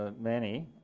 ah many,